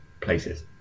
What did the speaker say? places